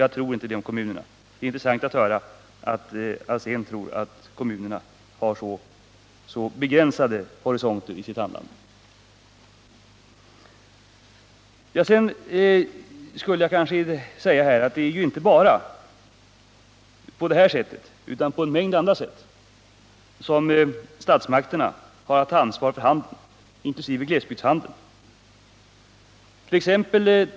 Jag tror inte detta om kommunerna, men det var intressant att höra att herr Alsén tror att kommunernas horisont är så begränsad när det gäller deras handlande. Jag skulle här kanske också säga att det ju inte bara är på detta sätt som statsmakterna har att ta ansvar för handeln, inkl. glesbygdshandeln.